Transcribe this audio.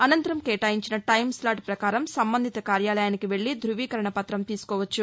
అనంతరం కేటాయించిన time slot పకారం సంబంధిత కార్యాలయానికి వెళ్లి ్రువీకరణపత్రం తీసుకోవచ్ఛు